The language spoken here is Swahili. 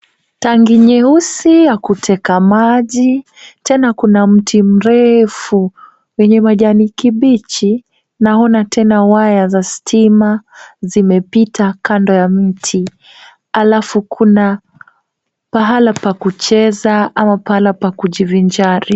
Tangi nyeusi ya kuteka maji tena kuna mti mrefu wenye majani kibichi, naona tena waya za stima zimepita kando ya mti. Halafu kuna pahala pa kucheza ama pahala pa kujivinjari.